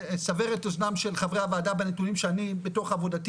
אסבר את אוזנם של חברי הוועדה בנתונים שאני בתוך עבודתי